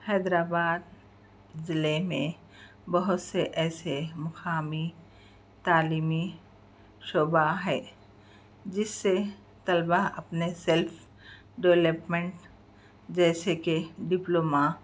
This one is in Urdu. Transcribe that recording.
حیدر آباد ضلعے میں بہت سے ایسے مقامی تعلیمی شعبہ ہے جس سے طلبہ اپنے سیلف ڈیولیپمینٹ جیسے کہ ڈپلومہ